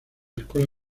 escuela